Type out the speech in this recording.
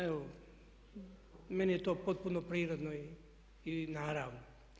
Evo meni je to potpuno prirodno i narav.